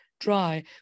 dry